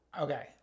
Okay